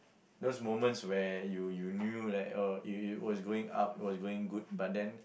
those moments where you you knew that oh it it was going up it was going good but then